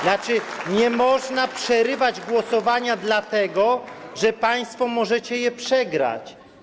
Znaczy: nie można przerywać głosowania, dlatego że państwo możecie je przegrać.